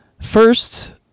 First